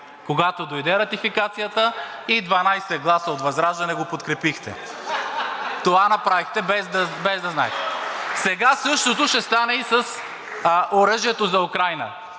когато дойде Ратификацията и 12 гласа от ВЪЗРАЖДАНЕ го подкрепихте. Това направихте, без да знаете. Сега същото ще стане и с оръжието за Украйна.